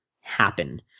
happen